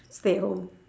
stay at home